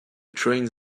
trains